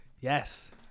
Yes